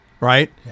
right